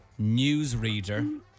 newsreader